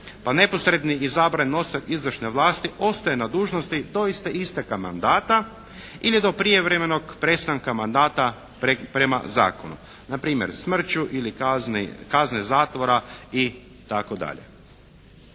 Pa neposredni izabrani nositelj izvršne vlasti ostaje na dužnosti do isteka mandata ili do prijevremenog prestanka mandata prema zakonu, npr. smrću ili kazne zatvora itd.